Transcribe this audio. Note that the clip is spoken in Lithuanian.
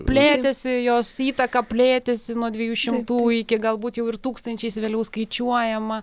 plėtėsi jos įtaka plėtėsi nuo dviejų šimtų iki galbūt jau ir tūkstančiais vėliau skaičiuojama